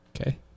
okay